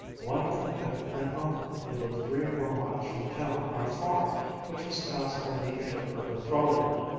one of them had an uncle who lived three or four miles from town on a farm which was passed by the inter-urban trolley line,